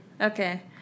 Okay